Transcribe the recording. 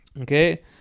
okay